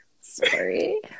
sorry